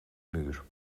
muur